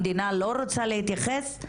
המדינה לא רוצה להתייחס,